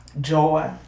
joy